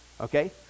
Okay